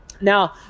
Now